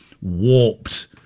warped